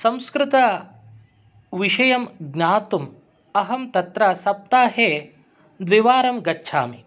संस्कृतविषयं ज्ञातुम् अहं तत्र सप्ताहे द्विवारं गच्छामि